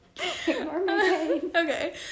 Okay